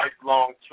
lifelong